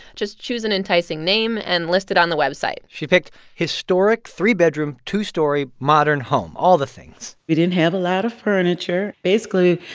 just choose an enticing name and list it on the website she picked historic three-bedroom, two-story modern home all the things we didn't have a lot of furniture. basically,